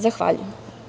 Zahvaljujem.